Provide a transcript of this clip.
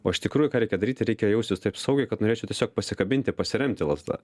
o iš tikrųjų ką reikia daryti reikia jaustis taip saugiai kad norėčiau tiesiog pasikabinti pasiremti lazda